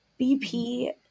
BP